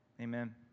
amen